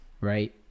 right